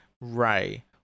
Ray